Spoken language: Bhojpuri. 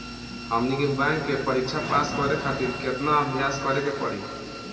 हमनी के बैंक के परीक्षा पास करे खातिर केतना अभ्यास करे के पड़ी?